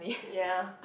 ya